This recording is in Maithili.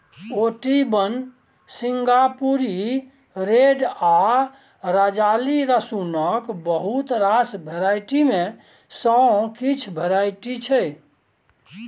ओटी वन, सिंगापुरी रेड आ राजाली रसुनक बहुत रास वेराइटी मे सँ किछ वेराइटी छै